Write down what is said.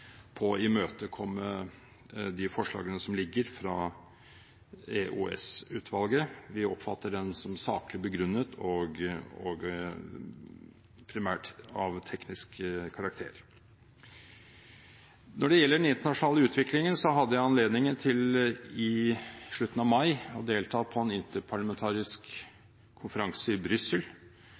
å imøtekomme de forslagene som ligger fra EOS-utvalget. Vi oppfatter dem som saklig begrunnet og primært av teknisk karakter. Når det gjelder den internasjonale utviklingen, så hadde jeg i slutten av mai anledning til å delta på en interparlamentarisk konferanse i Brussel.